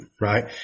right